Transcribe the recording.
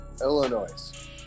Illinois